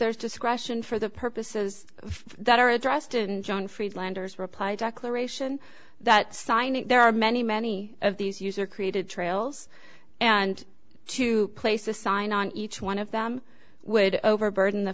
there's discretion for the purposes that are addressed in john friedlander his reply declaration that sign it there are many many of these user created trails and to place a sign on each one of them would overburden the